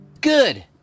good